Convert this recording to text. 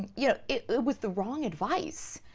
you know, it was the wrong advice,